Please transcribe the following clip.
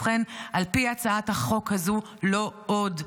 ובכן, על פי הצעת החוק הזאת, לא עוד.